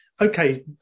Okay